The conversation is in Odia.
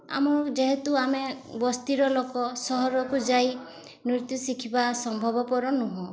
ଆମ ଯେହେତୁ ଆମେ ବସ୍ତିର ଲୋକ ସହରକୁ ଯାଇ ନୃତ୍ୟ ଶିଖିବା ସମ୍ଭବପର ନୁହଁ